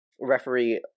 referee